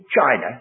China